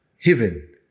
heaven